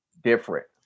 different